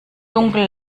dunkel